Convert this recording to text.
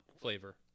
flavor